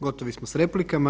Gotovi smo s replikama.